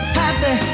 happy